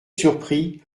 surpris